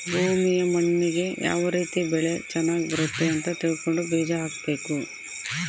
ಭೂಮಿಯ ಮಣ್ಣಿಗೆ ಯಾವ ರೀತಿ ಬೆಳೆ ಚನಗ್ ಬರುತ್ತೆ ಅಂತ ತಿಳ್ಕೊಂಡು ಬೀಜ ಹಾಕಬೇಕು